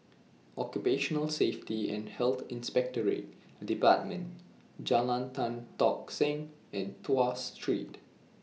Occupational Safety and Health Inspectorate department Jalan Tan Tock Seng and Tuas Street